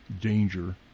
danger